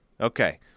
Okay